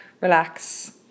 relax